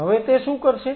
હવે તે શું કરશે